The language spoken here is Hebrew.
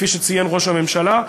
כפי שציין ראש הממשלה,